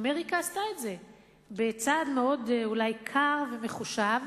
אמריקה עשתה את זה בצעד מאוד, אולי קר ומחושב,